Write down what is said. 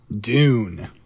Dune